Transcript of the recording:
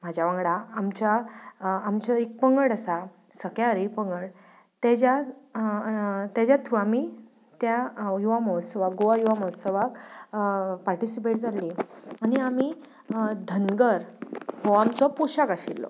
म्हज्या वांगडा आमच्या आमचो एक पंगड आसा सख्याहरी पंगड तेज्या ताज्या थ्रू आमी त्या युवा म्होत्सवाक गोवा युवा म्होत्सवाक पार्टिसीपेट जाल्लीं आनी आमी धंगर हो आमचो पोशाक आशिल्लो